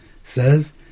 says